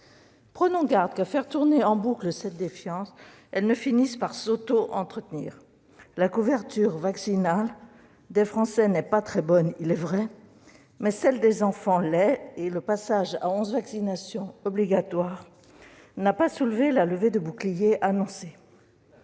Prenons garde que, à faire tourner en boucle cette défiance, elle ne finisse par s'auto-entretenir. La couverture vaccinale des Français n'est pas très bonne, il est vrai, mais celle des enfants l'est, et le passage à onze vaccinations obligatoires n'a pas soulevé la levée de boucliers annoncée.